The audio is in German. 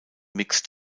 mixed